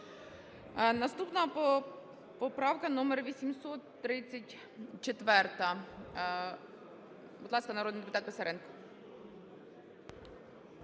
Наступна поправка - номер 834. Будь ласка, народний депутат Писаренко.